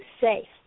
safe